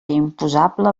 imposable